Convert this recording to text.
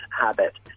habit